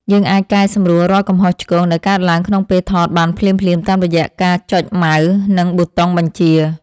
យើងអាចកែសម្រួលរាល់កំហុសឆ្គងដែលកើតឡើងក្នុងពេលថតបានភ្លាមៗតាមរយៈការចុចម៉ៅស៍ និង ប៊ូតុងបញ្ជា។